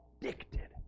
addicted